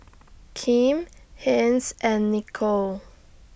Kim Hence and Nicolle